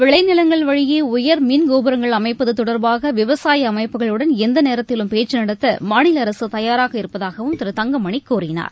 விளைநிலங்கள் வழியே உயர் மின்கோபுரங்கள் அமைப்பது தொடர்பாக விவசாய அமைப்புகளுடன் எந்த நேரத்திலும் பேச்சு நடத்த மாநில அரசு தயாராக இருப்பதாகவும் திரு தங்கமணி கூறினார்